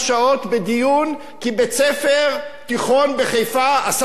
כי בית-ספר תיכון בחיפה עשה משאל רחוב,